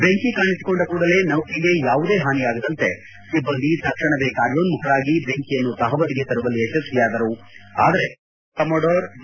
ಬೆಂಕಿ ಕಾಣಿಸಿಕೊಂಡ ಕೂಡಲೇ ನೌಕೆಗೆ ಯಾವುದೇ ಹಾನಿಯಾಗದಂತೆ ಸಿಬ್ಬಂದಿ ತಕ್ಷಣವೇ ಕಾರ್ಯೋನ್ನುಖರಾಗಿ ಬೆಂಕಿಯನ್ನು ತಹಬದಿಗೆ ತರುವಲ್ಲಿ ಯಶ್ವಿಯಾದರು ಆದರೆ ಲೆಪ್ಟಿನೆಂಟ್ ಕಮ್ಮಾಂಡರ್ ಡಿ